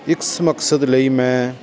ਇਸ ਮਕਸਦ ਲਈ ਮੈਂ